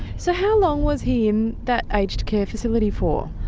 so how long was he in that aged care facility for?